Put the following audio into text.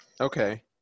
Okay